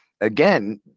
again